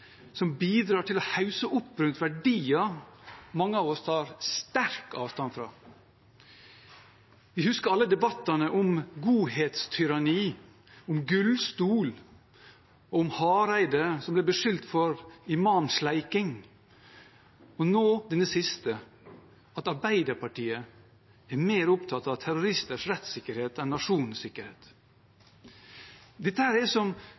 som bidrar til å hausse opp verdier mange av oss tar sterk avstand fra. Vi husker alle debattene om «godhetstyranni», om «gullstol», og om at Hareide ble beskyldt for «imamsleiking» – og nå denne siste, om at Arbeiderpartiet er mer opptatt av terroristers rettssikkerhet enn av nasjonens sikkerhet. Dette er som